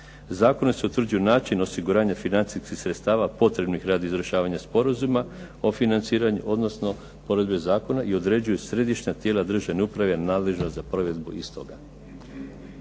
Zakonom se utvrđuje način osiguranja financijskih sredstava potrebnih radi izvršavanja sporazuma o financiranju odnosno odredbe zakona i određuju središnja tijela državne uprave nadležna za provedbu istoga.